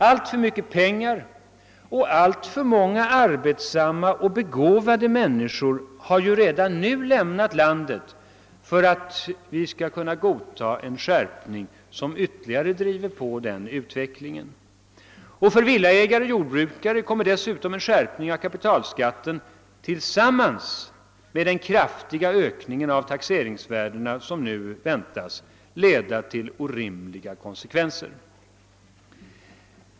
Alltför mycket pengar och alltför många arbetsamma och begåvade människor har redan lämnat landet, och vi kan inte godta en skärpning som ytterligare driver på denna utveckling. För villaägare och jordbrukare kommer dessutom en skärpning av kapitalskatten, tillsammans med den kraftiga ökning av taxeringsvärdena som nu väntas, att leda till orimliga konsekvenser.